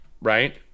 right